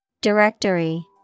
Directory